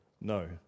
No